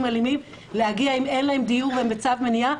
אלימים להגיע אם אין להם דיור והם בצו מניעה,